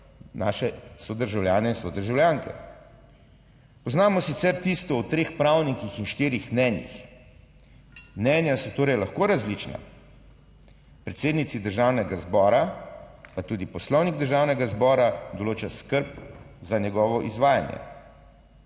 naše sodržavljane, sodržavljanke. Poznamo sicer tisto o treh pravnikih in štirih mnenjih. Mnenja so torej lahko različna, predsednici Državnega zbora pa tudi Poslovnik Državnega zbora določa skrb za njegovo izvajanje.